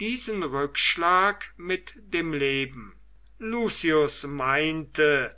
diesen rückschlag mit dem leben lucius meinte